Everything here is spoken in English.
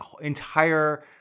entire